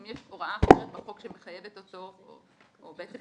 אם יש הוראה אחרת בחוק שמחייבת אותו, או בעצם